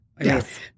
Yes